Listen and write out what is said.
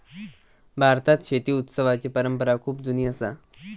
भारतात शेती उत्सवाची परंपरा खूप जुनी असा